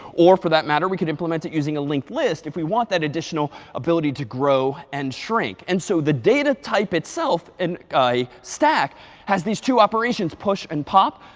or for that matter we can implement it using a linked list, if we want that additional ability to grow and shrink. and so the data type itself in a stack has these two operations, push and pop,